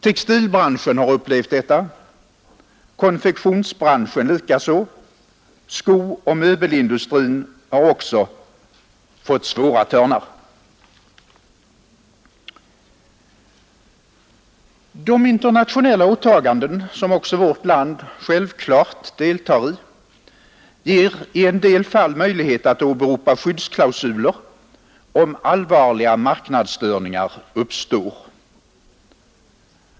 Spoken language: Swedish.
Textilbranschen och konfektionsbranschen har upplevt detta, och även skoindustrin och möbelindustrin har fått svåra törnar. De internationella åtaganden som också vårt land självfallet deltar i ger i en del fall möjlighet att åberopa skyddsklausuler om allvarliga marknadsstörningar uppstår.